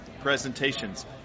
presentations